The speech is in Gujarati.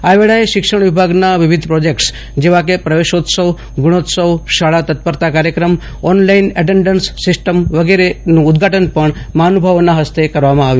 આ વેળાએ શિક્ષણ વિભાગના વિવિધ પ્રોજેકટસ જેવા કે પ્રવેશોત્સવ ગુણોત્સવ શાળા તત્પરતા કાર્યક્રમ ઓનલાઈન એટેન્ડન્ટસ સિસ્ટમ વગે રેનું ઉદઘાટન પણ મહાનુભાવોના હસ્તે કરવામાં આવ્યું